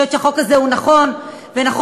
אני חושבת שהחוק הזה הוא נכון,